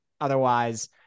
Otherwise